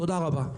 תודה רבה.